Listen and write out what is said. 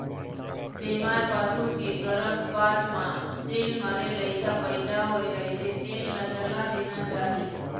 बेमार पसू के गरभपात म जेन मरे लइका पइदा होए रहिथे तेन ल जला देना चाही